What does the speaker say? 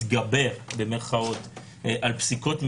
"להתגבר" במירכאות על פסיקות מסוימות,